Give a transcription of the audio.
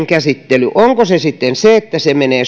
käsittely onko se sitten niin että se menee